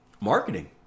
marketing